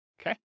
Okay